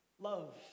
Love